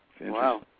Wow